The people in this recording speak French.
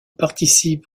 participe